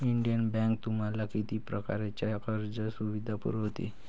Indian Bank तुम्हाला किती प्रकारच्या कर्ज सुविधा पुरवते?